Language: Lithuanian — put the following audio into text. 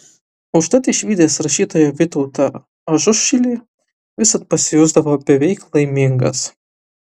užtat išvydęs rašytoją vytautą ažušilį visad pasijusdavo beveik laimingas